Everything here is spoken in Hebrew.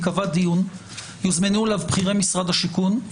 ייקבע דיון ויוזמנו אליו בכירי משרד השיכון,